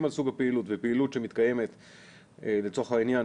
על סוג הפעילות ופעילות שמתקיימת לצורך העניין,